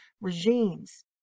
regimes